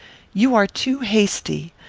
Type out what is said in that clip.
you are too hasty.